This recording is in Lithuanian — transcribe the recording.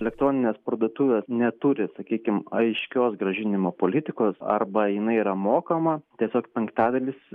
elektroninės parduotuvės neturi sakykim aiškios grąžinimo politikos arba jinai yra mokama tiesiog penktadalis